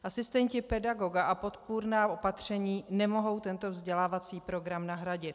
Asistenti pedagoga a podpůrná opatření nemohou tento vzdělávací program nahradit.